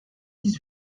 dix